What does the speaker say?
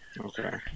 Okay